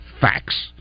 facts